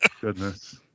Goodness